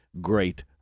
great